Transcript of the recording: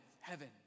heaven